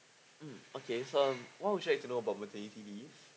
mm okay so um what would you like to know about maternity leave